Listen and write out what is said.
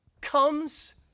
comes